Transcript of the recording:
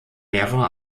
mehrere